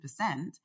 100%